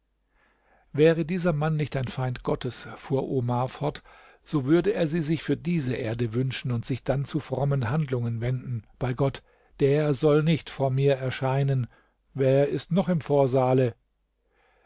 wäre dieser mann nicht ein feind gottes fuhr omar fort so würde er sie sich für diese erde wünschen und sich dann zu frommen handlungen wenden bei gott der soll nicht vor mir erscheinen wer ist noch im vorsaale